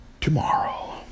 tomorrow